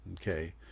Okay